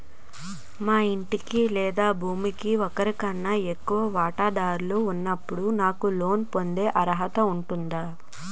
మా ఇంటికి లేదా భూమికి ఒకరికన్నా ఎక్కువ వాటాదారులు ఉన్నప్పుడు నాకు లోన్ పొందే అర్హత ఉందా?